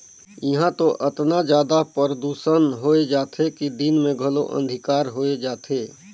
इहां तो अतना जादा परदूसन होए जाथे कि दिन मे घलो अंधिकार होए जाथे